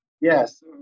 Yes